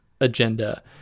agenda